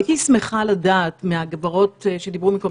הייתי שמחה לדעת מהגברות שדיברו מקודם,